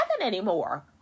anymore